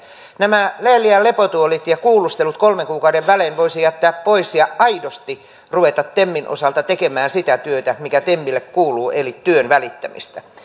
nämä leelian lepotuolit ja kuulustelut kolmen kuukauden välein voisi jättää pois ja aidosti ruveta temin osalta tekemään sitä työtä mikä temille kuuluu eli työn välittämistä